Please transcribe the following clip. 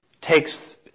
takes